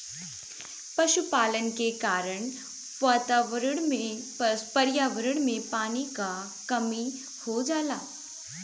पशुपालन के कारण पर्यावरण में पानी क कमी हो जाला